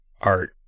art